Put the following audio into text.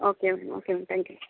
okay ma'am okay ma'am thank you